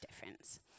difference